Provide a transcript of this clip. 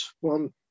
one